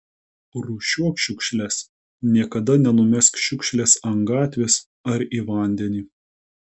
rūšiuok šiukšles niekada nenumesk šiukšlės ant gatvės ar į vandenį